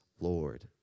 Lord